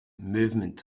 movement